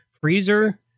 freezer